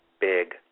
big